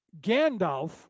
Gandalf